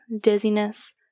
dizziness